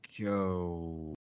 go